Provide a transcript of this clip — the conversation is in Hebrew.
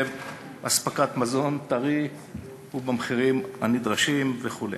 אספקת מזון טרי ובמחירים הנדרשים וכו'.